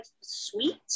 sweet